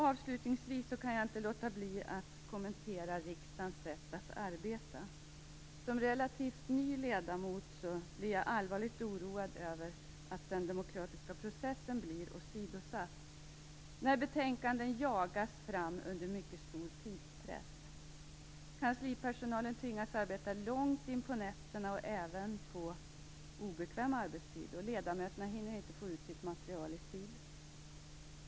Avslutningsvis kan jag inte låta bli att kommentera riksdagens sätt att arbeta. Som relativt ny ledamot blir jag allvarligt oroad över att den demokratiska processen blir åsidosatt när betänkanden jagas fram under mycket stor tidspress. Kanslipersonalen tvingas arbeta långt in på nätterna och även på obekväm arbetstid, och ledamöterna hinner inte få ut sitt arbetsmaterial i tid.